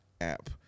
app